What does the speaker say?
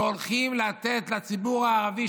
והולכים לתת לציבור הערבי,